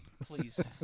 Please